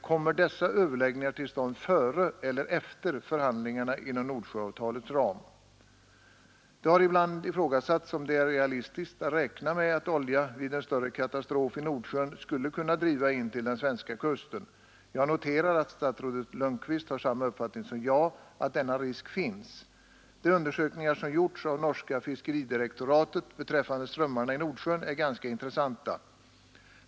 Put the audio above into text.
Kommer dessa överläggningar till stånd före eller efter förhandlingarna inom Nordsjöavtalets ram? Det har ibland ifrågasatts om det är realistiskt att räkna med att olja, vid en större katastrof i Nordsjön, skulle kunna driva in till den svenska kusten. Jag noterar att statsrådet Lundkvist har samma uppfattning som jag, att denna risk finns. De undersökningar som gjorts av norska Fiskeridirektoratet beträffande strömmarna i Nordsjön är ganska intressanta.